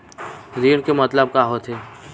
ऋण के मतलब का होथे?